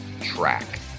track